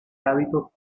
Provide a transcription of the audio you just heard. hábitos